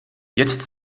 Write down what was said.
jetzt